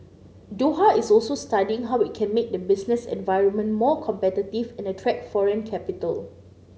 Doha is also studying how it can make the business environment more competitive and attract foreign capital